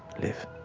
live,